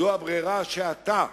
זו הברירה שאתה,